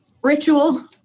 Ritual